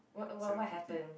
at seven fifteen